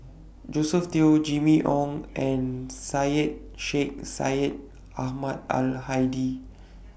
Josephine Teo Jimmy Ong and Syed Sheikh Syed Ahmad Al Hadi